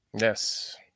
Yes